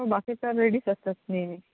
हो बाकीचा रेडीच असतात नेहमी